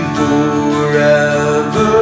forever